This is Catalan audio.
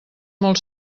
molt